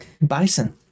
bison